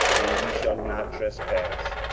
and ye shall not trespass.